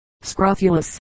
Scrofulous